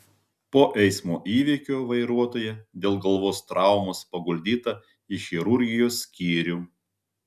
po eismo įvykio vairuotoja dėl galvos traumos paguldyta į chirurgijos skyrių